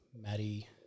Maddie